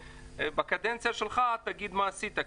בקדנציה שלך תגיד מה עשית,